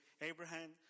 Abraham